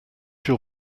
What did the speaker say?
your